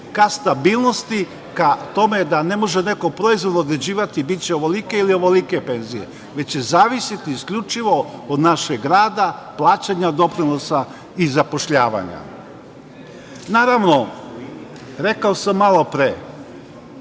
ka stabilnosti, ka tome da ne može neko proizvoljno određivati da će biti ovoliko ili onolike penzije, već će zavisiti isključivo od našeg rada, plaćanja doprinosa i zapošljavanja. Rekao sam malopre,